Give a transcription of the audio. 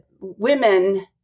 women